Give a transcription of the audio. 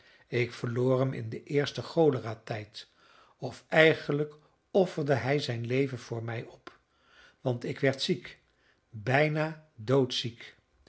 ik verloor hem in den eersten choleratijd of eigenlijk offerde hij zijn leven voor mij op want ik werd ziek bijna doodziek